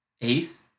eighth